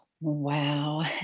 Wow